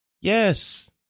Yes